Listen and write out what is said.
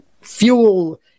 fuel